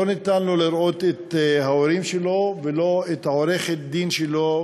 לא ניתן לו לראות את ההורים שלו ולא את עורכת-הדין שלו,